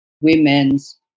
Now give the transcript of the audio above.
women's